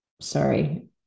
sorry